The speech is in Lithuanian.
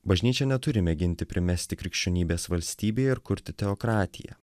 bažnyčia neturi mėginti primesti krikščionybės valstybei ar kurti teokratiją